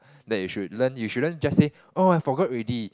that you should learn you shouldn't just say oh I forgot already